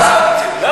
מה, מה קרה?